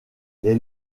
les